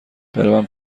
برم